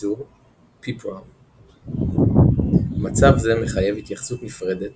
ובקיצור- PPROM. מצב זה מחייב התייחסות נפרדת